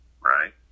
right